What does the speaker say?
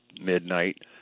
midnight